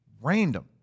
random